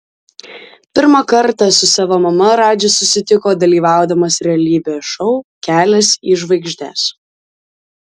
pirmą kartą su savo mama radžis susitiko dalyvaudamas realybės šou kelias į žvaigždes